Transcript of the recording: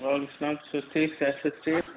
وعلیکُم سلام تُہۍ چھِو حظ ٹھیٖک صحت چھ حظ ٹھیٖک